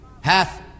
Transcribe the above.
hath